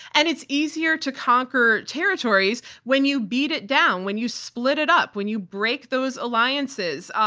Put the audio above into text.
and it's easier to conquer territories when you beat it down, when you split it up, when you break those alliances.